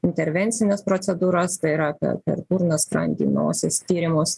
intervencines procedūras tai yra per per burną skrandį nosies tyrimus